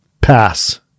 Pass